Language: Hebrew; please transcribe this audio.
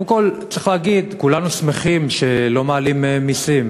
קודם כול יש להגיד: כולנו שמחים שלא מעלים מסים.